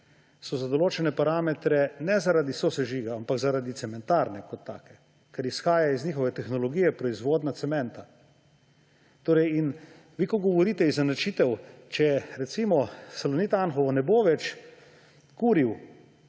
so za določene parametre, ne zaradi sosežiga, ampak zaradi cementarne kot take, ker izhaja iz njihove tehnologije proizvodnja cementa. Ko vi govorite izenačitev, če recimo Salonit Anhovo ne bo več kuril